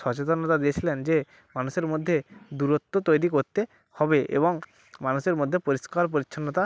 সচেতনতা দিয়েছিলেন যে মানুষের মধ্যে দূরত্ব তৈরি করতে হবে এবং মানুষের মধ্যে পরিষ্কার পরিচ্ছন্নতা